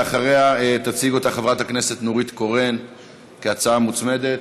ואחריה תציג אותה חברת הכנסת נורית קורן כהצעה מוצמדת.